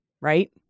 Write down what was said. right